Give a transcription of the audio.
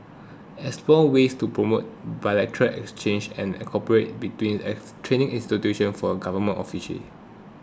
explore ways to promote bilateral exchanges and cooperation between ex training institutions for government official